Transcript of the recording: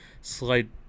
slight